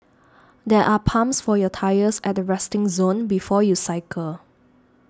there are pumps for your tyres at the resting zone before you cycle